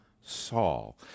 Saul